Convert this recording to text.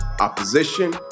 opposition